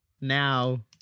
now